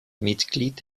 mitglied